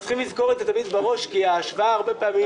כי ההשוואה הרבה פעמים